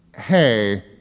hey